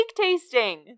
tasting